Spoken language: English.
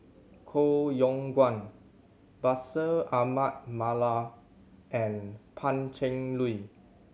Koh Yong Guan Bashir Ahmad Mallal and Pan Cheng Lui